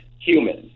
humans